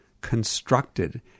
constructed